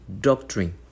doctrine